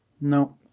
No